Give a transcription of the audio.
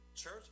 church